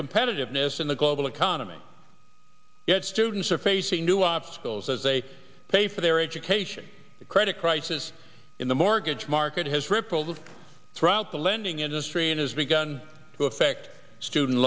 competitiveness in the global economy yet students are facing new obstacles as they pay for their education the credit crisis in the mortgage market has rippled throughout the lending industry and has begun to affect student